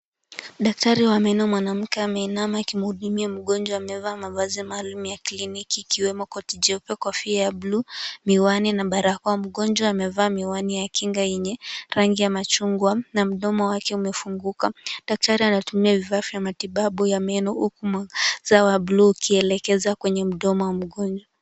Daktari wa meno mwanamke ameinama akimhudumia mgonjwa amevaa mavazi maalum ya kliniki ikiwemo koti jeupe, kofia ya blue , miwani na barakoa. Mgonjwa amevaa miwani ya kinga yenye rangi ya machungwa na mdomo wake umefunguka. Daktari anatumia vifaa vya matibabu ya meno huku mwangaza wa blue ukielekezwa kwenye mdomo wa mgonjwa.